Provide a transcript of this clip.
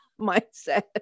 mindset